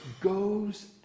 goes